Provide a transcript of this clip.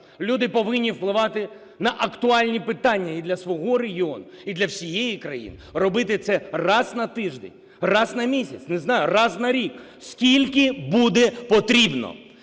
Люди повинні впливати на актуальні питання і для свого регіону, і для всієї країни. Робити це раз на тиждень, раз на місяць, не знаю, раз на рік, скільки буде потрібно.